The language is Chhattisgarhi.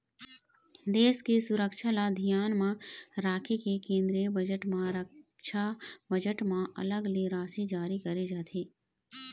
देश के सुरक्छा ल धियान म राखके केंद्रीय बजट म रक्छा बजट म अलग ले राशि जारी करे जाथे